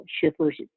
shippers